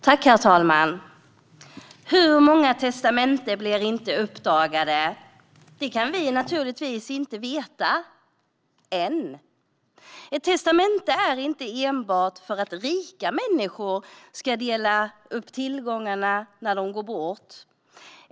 Herr talman! Hur många testamenten blir inte uppdagade? Det kan vi naturligtvis inte veta än. Testamenten är inte enbart till för att rika människor ska dela ut tillgångarna när de går bort.